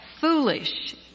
foolish